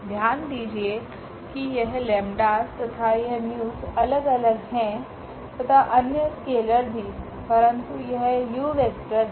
ध्यान दीजिए कि यह 𝜆′𝑠 तथा यह 𝜇′𝑠 अलग अलग है तथा अन्य स्केलर भी परंतु यह u वेक्टर हैं